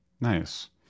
Nice